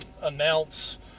announce